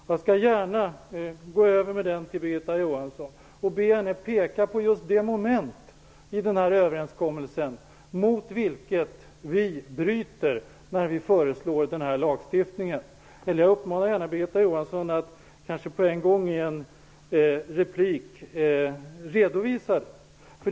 Jag skall gärna lämna över den till Birgitta Johansson och be henna peka på just det moment i den som vi bryter mot, när vi föreslår denna lagstiftning. Jag uppmanar Birgitta Johansson att på en gång, i en replik, redovisa det.